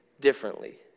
differently